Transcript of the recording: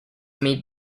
meet